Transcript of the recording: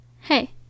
hey